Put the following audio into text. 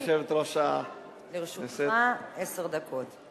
לרשותך עשר דקות.